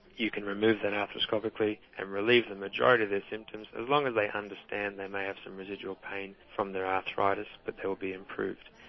you can remove that arthroscopically and relieve the majority of their symptoms as long as they understand they may have some residual pain from their arthritis but they will be improved.